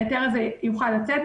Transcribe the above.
ההיתר הזה יוכל לצאת.